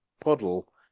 puddle